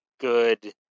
good